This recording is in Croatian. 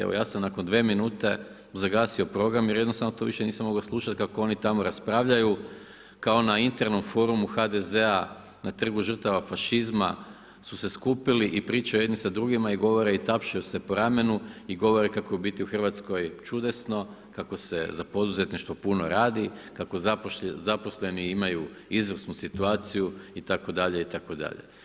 Evo ja sam nakon 2 minute zagasio program jer jednostavno to nisam mogao slušati kako oni tamo raspravljaju kao na internom forumu HDZ-a na Trgu žrtava fašizma su se skupili i pričaju jedni sa drugima i govore i tapšaju se po ramenu i govore kako je u biti u Hrvatskoj čudesno, kako se za poduzetništvo puno radi, kako zaposleni imaju izvrsnu situaciju itd., itd.